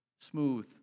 smooth